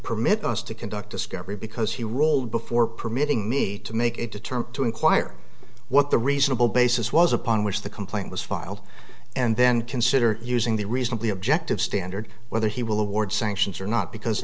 permit us to conduct discovery because he rolled before permitting me to make it determined to inquire what the reasonable basis was upon which the complaint was filed and then consider using the reasonably objective standard whether he will award sanctions or not because